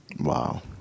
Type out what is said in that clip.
Wow